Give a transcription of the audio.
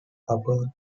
upper